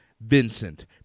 Vincent